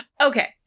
Okay